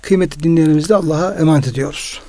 Kıymetli dinleyenlerimizi de Allah'a emanet ediyoruz.